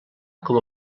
com